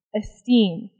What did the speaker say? esteem